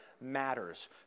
matters